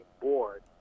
board